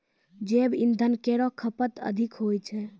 जैव इंधन केरो खपत अधिक होय छै